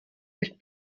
nicht